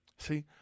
See